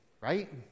right